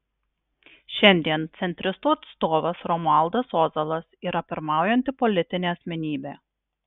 šiandien centristų atstovas romualdas ozolas yra pirmaujanti politinė asmenybė